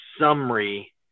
summary